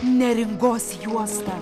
neringos juostą